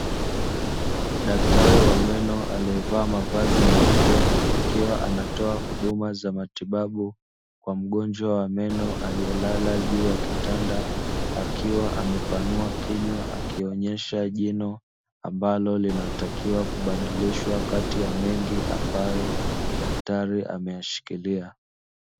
Daktari wa meno aliyevaa mavazi meupe, akiwa anatoa huduma za matibabu kwa mgonjwa wa meno aliyelala juu ya kitanda, akiwa amepanua kinywa akionyesha jino ambalo linatakiwa kubadilishwa kati ya mengi ambayo daktari ameyashikilia.